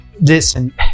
Listen